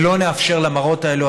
ולא נאפשר למראות האלה,